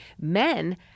Men